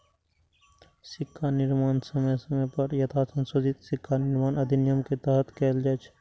सिक्काक निर्माण समय समय पर यथासंशोधित सिक्का निर्माण अधिनियम के तहत कैल जाइ छै